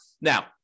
Now